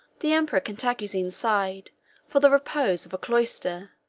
the emperor cantacuzene sighed for the repose of a cloister,